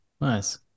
Nice